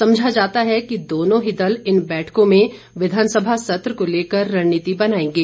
समझा जाता है कि दोनों ही दल इन बैठकों में विधानसभा सत्र को लेकर रणनीति बनाएंगे